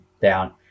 down